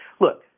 Look